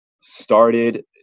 started